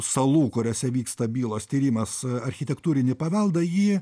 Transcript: salų kuriose vyksta bylos tyrimas architektūrinį paveldą jį